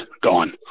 gone